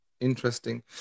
interesting